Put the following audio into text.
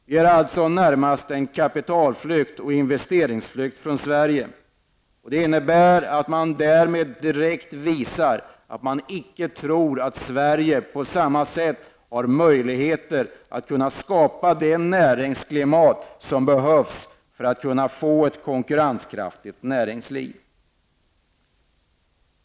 Det är alltså närmast en kapital och investeringsflykt från Sverige. Därmed visar man direkt att man icke tror att Sverige har möjligheter att skapa det näringslivsklimat som behövs för ett konkurrenskraftigt näringsliv.